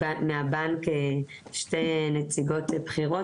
מהבנק שתי נציגות בכירות,